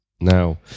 Now